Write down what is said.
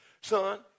son